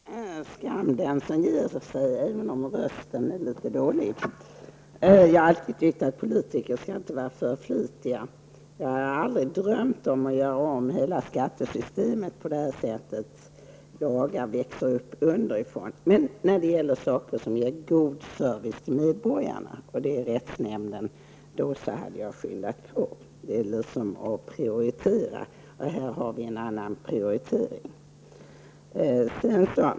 Herr talman! Skam den som ger sig! Det får man alltså inte göra även om rösten, som i dag är fallet, är litet dålig. Jag har alltid tyckt att politiker inte skall vara för flitiga, och det har aldrig varit min dröm att hela skattesystemet skulle göras om på det här sättet, dvs. med lagar som växer fram underifrån. Men när det gäller sådant som innebär god service till medborgarna, och då tänker jag på rättsnämnden, gäller det att skynda på. Men här har vi en annan prioritering.